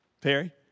Perry